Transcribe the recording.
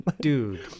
Dude